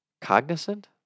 cognizant